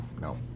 no